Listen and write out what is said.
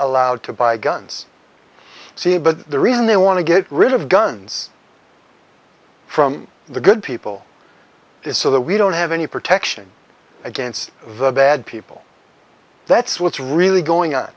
allowed to buy guns see but the reason they want to get rid of guns from the good people is so that we don't have any protection against the bad people that's what's really going